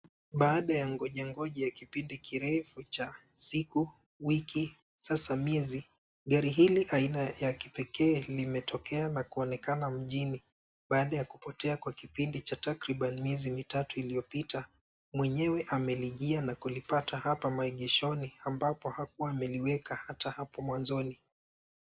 Baada ya ngoja ngoja kipindi kirefu cha siku, wiki sasa miezi, gari hili aina ya kipekee limetokea na kuonekana mjini baada ya kupotea kwa kipindi cha takriban miezi mitatu iliyopita. Mwenyewe amelijia na kulipata hapa maegeshoni ambapo hakuwa ameliweka hata hapo mwanzoni.